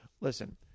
Listen